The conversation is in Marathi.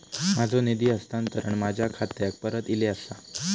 माझो निधी हस्तांतरण माझ्या खात्याक परत इले आसा